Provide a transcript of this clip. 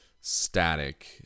static